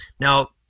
Now